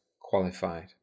qualified